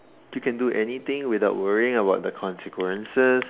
you can do anything without worrying about the consequences